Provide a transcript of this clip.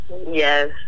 Yes